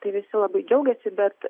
tai visi labai džiaugėsi bet